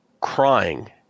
crying